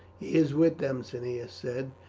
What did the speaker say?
he is with them, cneius said,